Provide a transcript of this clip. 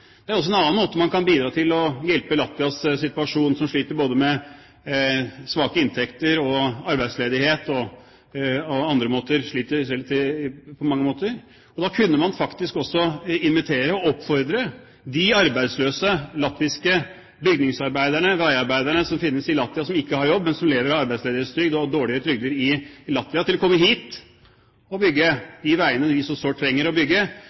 Det er også en annen måte man kan bidra til å hjelpe i Latvias situasjon, som sliter både med svake inntekter og arbeidsledighet og på mange andre måter. Da kunne man faktisk også invitere og oppfordre de latviske bygningsarbeiderne og veiarbeiderne som ikke har jobb, men som lever på arbeidsledighetstrygd og dårlige trygder i Latvia, til å komme hit og bygge de veiene vi så sårt trenger å bygge